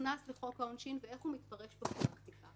נכנס לחוק העונשין ואיך הוא מתפרש בפסיקה